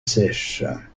sèches